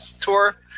tour